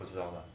不知道 lah